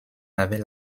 avait